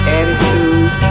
attitude